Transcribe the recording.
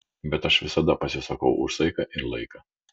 bet aš visada pasisakau už saiką ir laiką